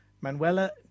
Manuela